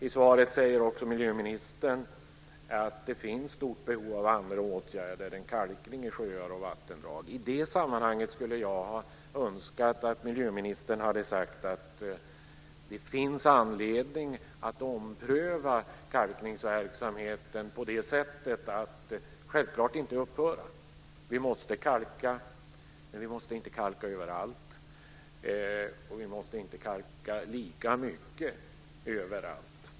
I svaret säger miljöministern också att det finns ett stort behov av andra åtgärder än kalkning i sjöar och vattendrag. Jag skulle önska att miljöministern i det sammanhanget hade sagt att det finns anledning av ompröva kalkningsverksamheten. Självklart handlar det inte om att den ska upphöra. Vi måste kalka, men vi måste inte kalka överallt och vi måste inte kalka lika mycket överallt.